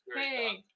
hey